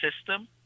system